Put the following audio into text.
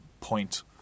point